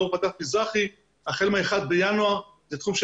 לאור ועדת מזרחי החל מה-1 בינואר בתחום של